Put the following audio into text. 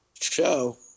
show